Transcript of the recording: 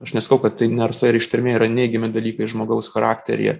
aš nesakau kad tai narsa ir ištvermė yra neigiami dalykai žmogaus charakteryje